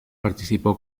participó